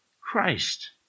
Christ